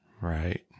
Right